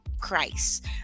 christ